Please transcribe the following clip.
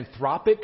anthropic